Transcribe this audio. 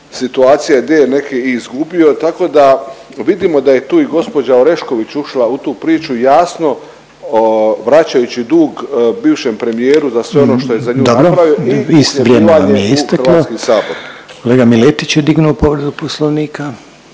situacija gdje je neke i izgubio, tako da vidimo da je tu i gospođa Orešković ušla u tu priču jasno vraćajući dug bivšem premijeru za sve ono što je za nju napravio i pljuvanje u Hrvatski sabor. **Reiner, Željko (HDZ)** Dobro.